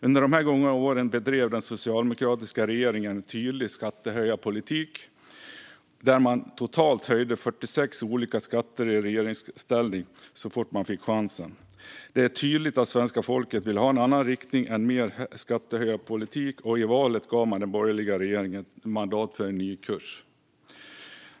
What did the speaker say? Under de gångna åren bedrev den socialdemokratiska regeringen en tydlig skattehöjarpolitik där man i regeringsställning höjde totalt 46 olika skatter så fort man fick chansen. Det är tydligt att svenska folket ville ha en annan riktning än mer skattehöjarpolitik, och i valet gav man den borgerliga regeringen mandat för en ny kurs.